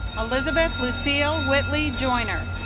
elizabeth lucille whitley joiner